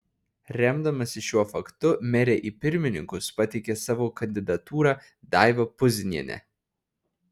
remdamasi šiuo faktu merė į pirmininkus pateikė savo kandidatūrą daivą puzinienę